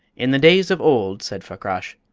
in the days of old, said fakrash,